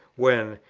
when,